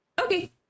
Okay